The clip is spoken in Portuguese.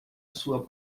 sua